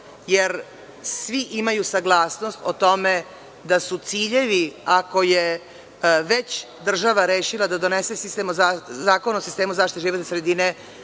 jer svi imaju saglasnost o tome da su ciljevi, ako je već država rešila da donese Zakon o sistemu zaštite životne sredine,